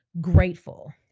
grateful